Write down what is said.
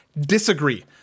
Disagree